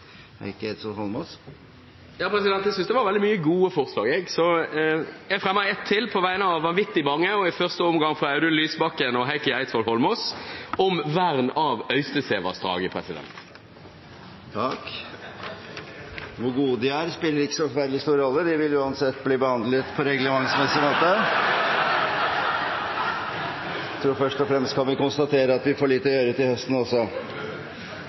Heikki Eidsvoll Holmås vil fremsette et representantforslag. Jeg synes det var veldig mange gode forslag, jeg, så jeg fremmer ett til, på vegne av vanvittig mange, i første omgang fra stortingsrepresentantene Audun Lysbakken og Heikki Eidsvoll Holmås, om vern av Øystesevassdraget. Hvor gode de er, spiller ikke så forferdelig stor rolle, de vil uansett bli behandlet på reglementsmessig måte . Først og fremst kan vi konstatere at vi får litt å gjøre til høsten også.